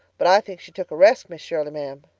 but i think she took a resk, miss shirley, ma'am.